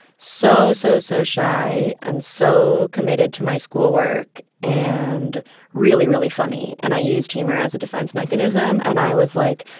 so, so, so shy and so committed to my schoolwork and really, really funny, and i used humor as a defense mechanism. and i was, like,